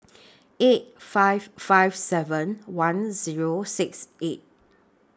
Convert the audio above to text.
eight five five seven one Zero six eight